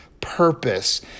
purpose